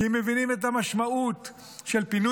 כי הם מבינים את המשמעות של פינוי